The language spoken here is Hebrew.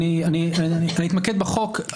אני אתמקד בחוק.